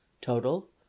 Total